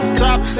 top